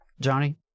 Johnny